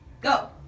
go